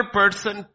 person